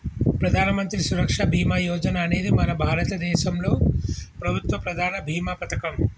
ప్రధానమంత్రి సురక్ష బీమా యోజన అనేది మన భారతదేశంలో ప్రభుత్వ ప్రధాన భీమా పథకం